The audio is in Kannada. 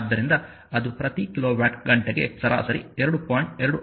ಆದ್ದರಿಂದ ಅದು ಪ್ರತಿ ಕಿಲೋವ್ಯಾಟ್ ಗಂಟೆಗೆ ಸರಾಸರಿ 2